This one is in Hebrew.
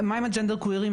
מה עם הג'נדר קווירים?